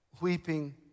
weeping